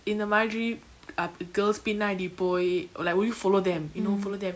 இந்தமாதிரி:inthamathiri uh girls பின்னாடி போய்:pinnadi poy like will you follow them you know follow them